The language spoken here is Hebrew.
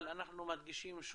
אבל אנחנו מדגישים,